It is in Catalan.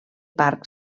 parc